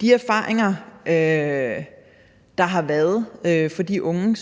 De erfaringer, der har været fra de unge,